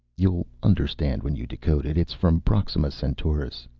you'll understand when you decode it. it's from proxima centaurus.